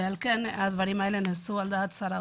ועל כן הדברים האלה נעשו על דעת שר האוצר.